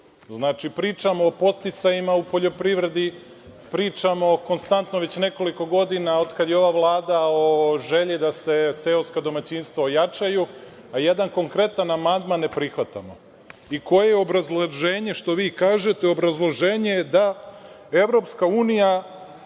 Znači, pričamo o podsticajima u poljoprivredi, pričamo o konstantnom, već nekoliko godina od kada je ova Vlada, o želji da se seoska domaćinstva ojačaju, a jedan konkretan amandman ne prihvatamo. Koje je obrazloženje što vi kažete? Obrazloženje je da EU ne